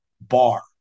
bar